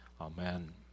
Amen